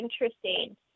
interesting